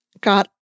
got